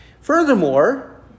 Furthermore